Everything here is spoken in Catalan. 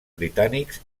britànics